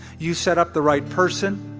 you set up the right person,